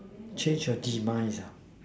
change a demise ah